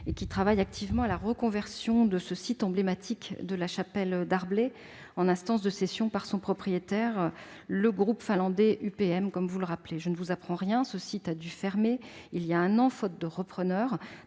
Celle-ci travaille activement à la reconversion du site emblématique de Chapelle Darblay, en instance de cession par son propriétaire, le groupe finlandais UPM. Je ne vous apprends rien : ce site a dû fermer il y a un an faute de repreneur,